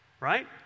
right